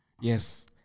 Yes